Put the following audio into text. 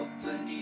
Open